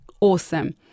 awesome